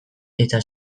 eta